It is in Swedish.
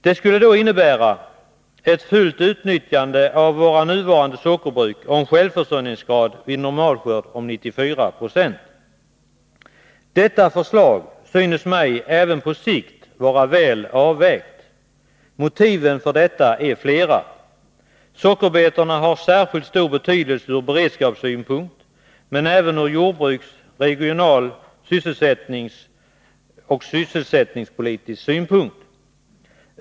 Det skulle då innebära ett fullt utnyttjande av våra nuvarande sockerbruk och en självförsörjningsgrad vid normalskörd om 94 96. Detta förslag synes mig även på sikt vara väl avvägt. Motiven för detta är flera. Sockerbetorna har särskilt stor betydelse ur beredskapssynpunkt, men även ur jordbruks-, regionaloch sysselsättningspolitisk synpunkt.